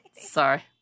Sorry